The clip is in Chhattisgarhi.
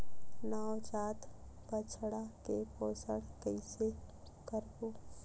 नवजात बछड़ा के पोषण कइसे करबो?